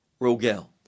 rogel